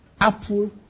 apple